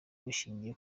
bishingiye